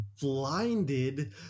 blinded